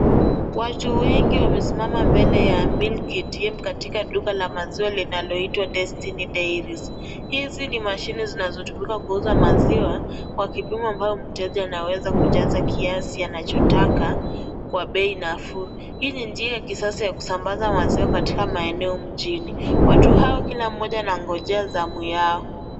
Watu wengi wamesimama mbele ya milk ATM katika duka la maziwa linaloitwa destiny dairies. Hizi ni mashine zinazotumika kuuza maziwa kwa kipimo ambayo mteja anaweza kujaza kiasi anachotaka kwa bei nafuu. Hii ni njia kisasa ya kusambaza maziwa katika maeneo mjini. Watu hao kila mmoja anangojea zamu yao.